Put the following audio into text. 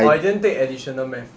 oh I didn't take additional math